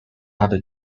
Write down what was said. other